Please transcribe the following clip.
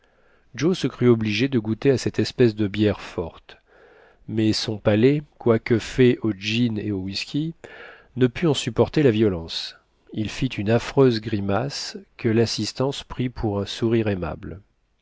joe se crut obligé de goûter à cette espèce de bière forte mais son palais quoique fait au gin et au wiskey ne put en supporter la violence il fit une affreuse grimace que l'assistance prit pour un sourire aimable